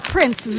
Prince